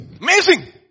Amazing